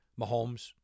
Mahomes